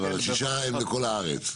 אבל שישה בכל הארץ.